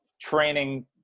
training